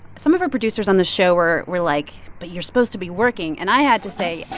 some of our producers on the show were were like, but you're supposed to be working. and i had to say,